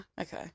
Okay